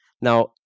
Now